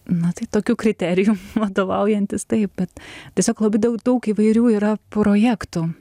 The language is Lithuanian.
na tai tokiu kriteriju vadovaujantis taip bet tiesiog labai daug daug įvairių yra projektų